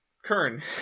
kern